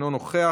אינו נוכח,